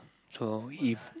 so if